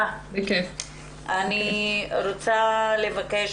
אני רוצה לבקש